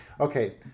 Okay